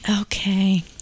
Okay